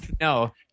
no